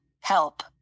Help